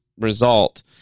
result